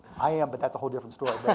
i am, but that's a whole different story.